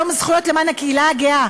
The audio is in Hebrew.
יום הזכויות לקהילה הגאה,